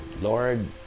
Lord